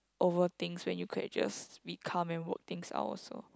over things when you can just be calm and work things out also